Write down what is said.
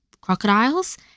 crocodiles